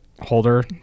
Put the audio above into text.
holder